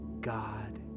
God